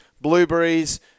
blueberries